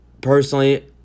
Personally